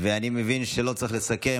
אני מבין שלא צריך לסכם.